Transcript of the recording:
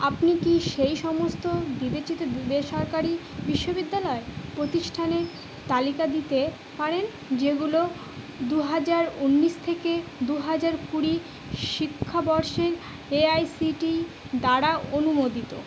আপনি কি সেই সমস্ত বিবেচিত বেসরকারি বিশ্ববিদ্যালয় প্রতিষ্ঠানের তালিকা দিতে পারেন যেগুলো দু হাজার উনিশ থেকে দু হাজার কুড়ি শিক্ষাবর্ষে এআইসিটিই দ্বারা অনুমোদিত